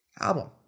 album